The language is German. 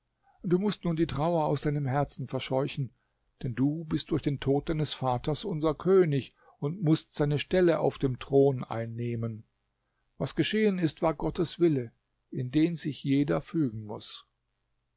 du mußt nun die trauer aus deinem herzen verscheuchen denn du bist durch den tod deines vaters unser könig und mußt seine stelle auf dem thron einnehmen was geschehen ist war gottes wille in den sich jeder fügen muß